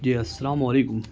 جی السلام علیکم